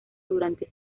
durante